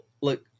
Look